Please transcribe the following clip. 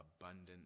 abundant